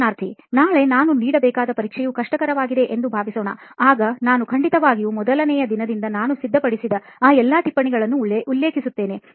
ಸಂದರ್ಶನಾರ್ಥಿನಾಳೆ ನಾನು ನೀಡಬೇಕಾದ ಪರೀಕ್ಷೆಯು ಕಷ್ಟಕರವಾಗಿದೆ ಎಂದು ಭಾವಿಸೋಣ ಆಗ ನಾನು ಖಂಡಿತವಾಗಿಯೂ ಮೊದಲನೆಯ ದಿನದಿಂದ ನಾನು ಸಿದ್ಧಪಡಿಸಿದ್ದ ಆ ಎಲ್ಲ ಟಿಪ್ಪಣಿಗಳನ್ನು ಉಲ್ಲೇಖಿಸುತ್ತೇನೆ